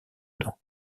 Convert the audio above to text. dents